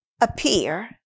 appear